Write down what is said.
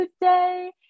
today